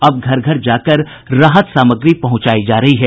अब घर घर जाकर राहत सामग्री पहुंचायी जा रही है